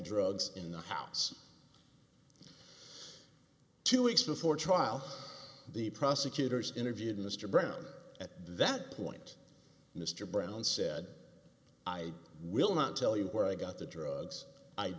drugs in the house two weeks before trial the prosecutors interviewed mr brown at that point mr brown said i will not tell you where i got the drugs i